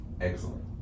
Excellent